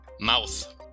Mouth